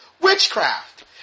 Witchcraft